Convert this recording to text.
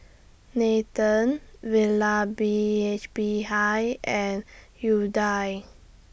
Nathan Vallabhbhai and Udai